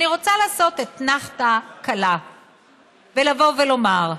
אני רוצה לעשות אתנחתה קלה ולבוא ולומר: